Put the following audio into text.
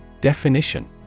Definition